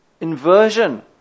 inversion